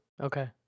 Okay